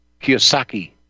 Kiyosaki